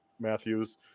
Matthews